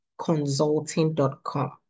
Consulting.com